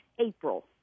April